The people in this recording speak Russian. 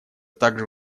также